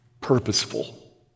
purposeful